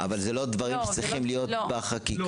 אבל זה לא צריך להיות בחקיקה?